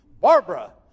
Barbara